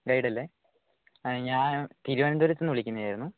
ഗൈഡല്ലേ ഞാൻ തിരുവനന്തപുരത്തുന്ന് വിളിക്കുന്നതായിരുന്നു